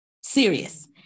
Serious